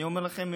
אני אומר לכם,